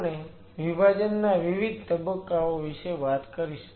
આપણે વિભાજનના વિવિધ તબક્કાઓ વિશે વાત કરીશું